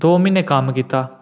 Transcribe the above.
दो म्हीने कम्म कीता